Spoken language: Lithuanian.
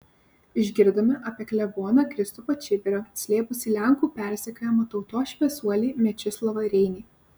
išgirdome apie kleboną kristupą čibirą slėpusį lenkų persekiojamą tautos šviesuolį mečislovą reinį